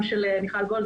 של מיכל גולד,